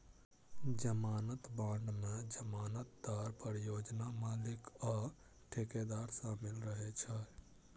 जमानत बांड मे जमानतदार, परियोजना मालिक आ ठेकेदार शामिल रहै छै